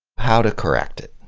how to correct it,